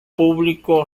publicó